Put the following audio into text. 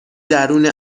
درون